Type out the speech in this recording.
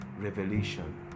revelation